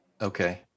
Okay